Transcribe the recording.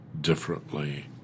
differently